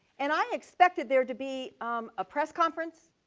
and i expected there to be a press conference.